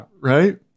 right